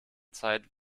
zeit